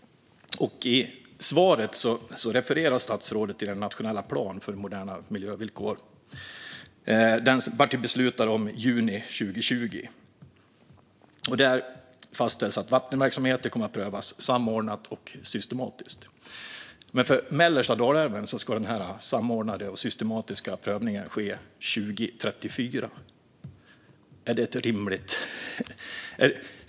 I sitt svar refererade statsrådet till den nationella plan för moderna miljövillkor som det beslutades om i juni 2020. Där fastställs att vattenverksamheter kommer att prövas samordnat och systematiskt. För mellersta Dalälven ska denna samordnade och systematiska prövning ske 2034.